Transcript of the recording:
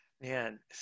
Man